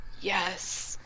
yes